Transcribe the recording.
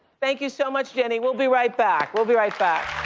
thank you so much, jenny. we'll be right back. we'll be right back.